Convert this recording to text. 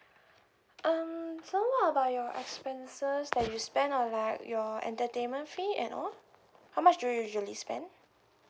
um so what about your expenses that you spend on like your entertainment fee and all how much do you usually spend